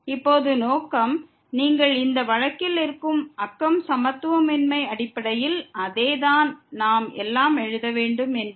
இப்போது நோக்கம் யாதெனில் நீங்கள் இந்த வழக்கில் இருக்கும் நெய்பர்ஹுட்டின் சமத்துவமின்மையின் அடிப்படையில் நாம் எல்லாவற்றையும் எழுதவேண்டும் என்பது தான்